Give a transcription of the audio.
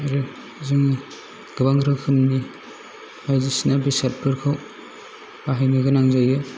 आरो जोंनि गोबां रोखोमनि बायदिसिना बेसादफोरखौ बाहायनो गोनां जायो